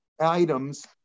items